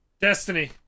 Destiny